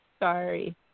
sorry